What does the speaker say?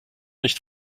nicht